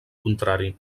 contrari